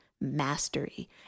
mastery